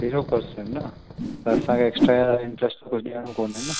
जीरो percent न त असांखे एक्स्ट्रा इंट्रेस्ट त कुझु ॾियणो कोन्हे न